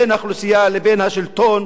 בין האוכלוסייה לבין השלטון,